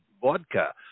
Vodka